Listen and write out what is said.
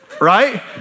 Right